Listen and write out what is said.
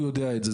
הוא יודע את זה.